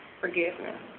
forgiveness